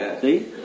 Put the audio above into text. see